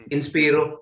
Inspiro